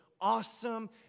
awesome